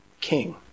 king